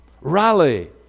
rally